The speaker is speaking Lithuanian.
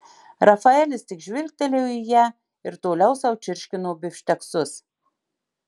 rafaelis tik žvilgtelėjo į ją ir toliau sau čirškino bifšteksus